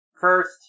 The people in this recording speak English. first